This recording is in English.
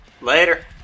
Later